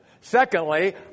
Secondly